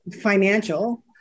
financial